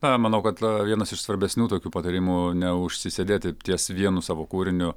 na manau kad vienas iš svarbesnių tokių patarimų neužsisėdėti ties vienu savo kūriniu